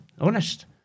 Honest